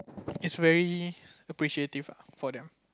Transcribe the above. is very appreciative ah for them